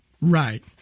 Right